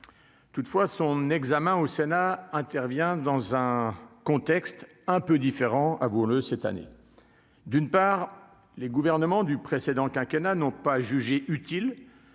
toutefois son examen au Sénat intervient dans un contexte un peu différent, a voulu cette année d'une part, les gouvernements du précédent quinquennat n'ont pas jugé utile